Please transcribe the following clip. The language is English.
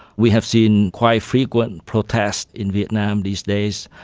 we have seen quite frequent and protests in vietnam these days.